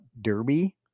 derby